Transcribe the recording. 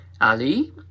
Ali